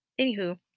anywho